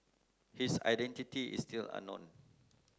his identity is still unknown